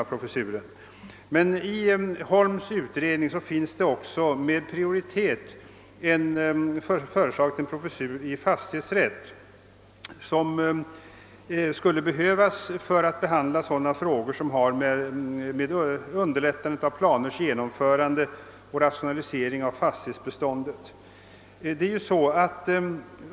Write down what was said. I Lennart Holms utredning är också med prioritet föreslaget en professur i fastighetsrätt, som skulle behövas för att behandla sådana frågor som rör underlättandet av planers genomförande och rationalisering av fastighetsbeståndet.